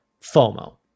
FOMO